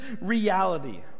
reality